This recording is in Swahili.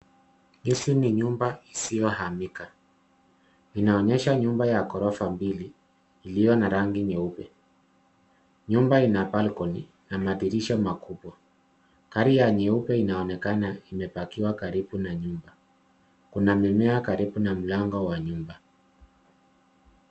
Hizi ni nyumba isiyohamika. Inaonyesha nyumba ya ghorofa mbili, iliyo na rangi nyeupe. Nyumba ina balcony , na madirisha makubwa. Gari ya nyeupe, inaonekana imepakiwa karibu na nyumba. Kuna mimea karibu na mlango wa nyumba.